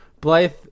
Blythe